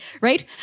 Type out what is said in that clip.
right